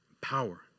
power